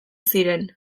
ziren